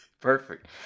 Perfect